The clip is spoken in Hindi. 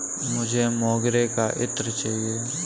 मुझे मोगरे का इत्र चाहिए